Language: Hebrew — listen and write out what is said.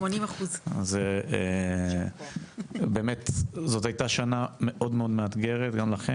80%. זו באמת הייתה שנה מאוד מאוד מאתגרת לכם,